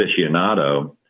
aficionado